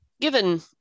Given